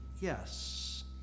yes